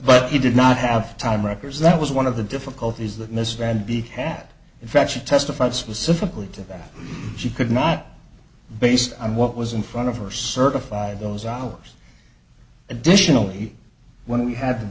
but he did not have time records that was one of the difficulties that mr and b had in fact she testified specifically to that she could not based on what was in front of her certified those hours additionally when we have